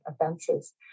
offenses